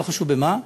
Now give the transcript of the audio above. לא חשוב במה,